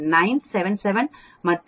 977 மற்றும் 0